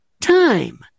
time